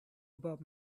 about